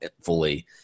fully